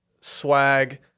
swag